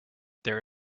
there